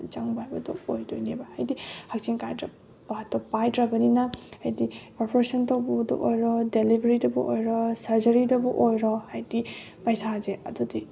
ꯆꯪꯕ ꯍꯥꯏꯕꯗꯣ ꯑꯣꯏꯗꯣꯏꯅꯦꯕ ꯍꯥꯏꯗꯤ ꯍꯛꯁꯦꯜ ꯀꯥꯠꯇꯣ ꯄꯥꯏꯗ꯭ꯔꯕꯅꯤꯅ ꯍꯥꯏꯗꯤ ꯑꯣꯄ꯭ꯔꯦꯁꯟ ꯇꯧꯕꯕꯨꯗ ꯑꯣꯏꯔꯣ ꯗꯦꯂꯤꯕꯔꯤꯗꯕꯨ ꯑꯣꯏꯔꯣ ꯁꯔꯖꯔꯤꯗꯕꯨ ꯑꯣꯏꯔꯣ ꯍꯥꯏꯗꯤ ꯄꯩꯁꯥꯁꯦ ꯑꯗꯨꯗꯤ